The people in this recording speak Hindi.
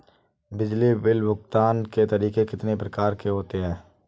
बिजली बिल भुगतान के तरीके कितनी प्रकार के होते हैं?